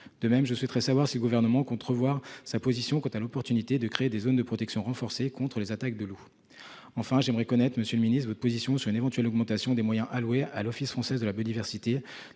De même, je souhaiterais savoir si le Gouvernement compte revoir sa position quant à l'opportunité de créer des zones de protection renforcée contre les attaques de loups. Enfin, j'aimerais connaître, monsieur le ministre, votre position sur une éventuelle augmentation des moyens alloués à l'Office français de la biodiversité,